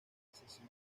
necesita